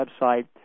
website